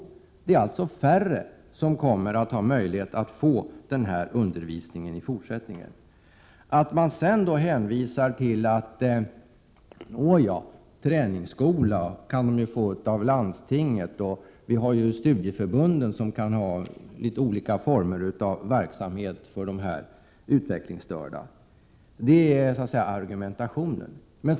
Färre utvecklingsstörda kommer i fortsättningen att ha möjlighet att få den här undervisningen. Man hänvisar då till att dessa människor kan få gå i träningsskola som bekostas av landstinget och att studieförbunden har olika former av verksamhet för utvecklingsstörda. Det är alltså de argument som förs fram.